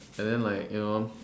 and then like you know